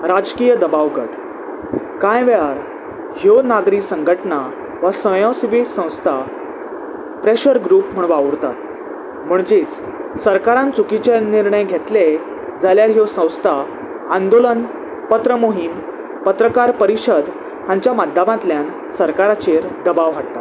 राजकीय दबाव घट कांय वेळार ह्यो नागरी संघटना वा स्वयंसेवी संस्था प्रेशर ग्रूप म्हण वावुरतात म्हणजेच सरकारान चुकीचे निर्णय घेतले जाल्यार ह्यो संस्था आंदोलन पत्र मोहीम पत्रकार परिशद हांच्या माध्यमांतल्यान सरकाराचेर दबाव हाडटात